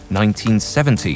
1970